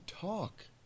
talk